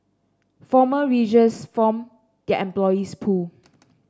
former riggers form their employees pool